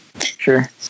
Sure